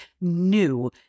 new